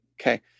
Okay